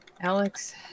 Alex